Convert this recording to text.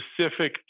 specific